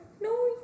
no